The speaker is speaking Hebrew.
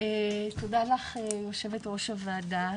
תודה לך יושבת ראש הוועדה.